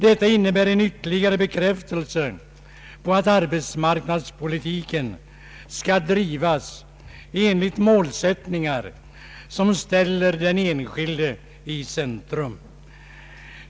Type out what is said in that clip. Detta innebär en ytterligare bekräftelse på att arbetsmarknadspolitiken skall drivas enligt målsättningar som ställer den enskilde i centrum.